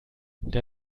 der